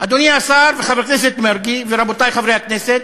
אדוני השר, חבר הכנסת מרגי ורבותי חברי הכנסת,